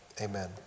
amen